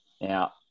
Now